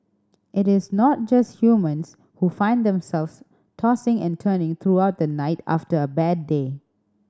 it is not just humans who find themselves tossing and turning throughout the night after a bad day